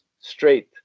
straight